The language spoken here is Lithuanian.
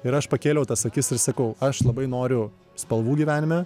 ir aš pakėliau tas akis ir sakau aš labai noriu spalvų gyvenime